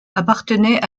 appartenait